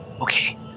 Okay